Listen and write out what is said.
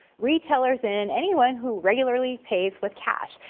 retailers and anyone who regularly pace with cash.